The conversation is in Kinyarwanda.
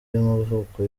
y’amavuko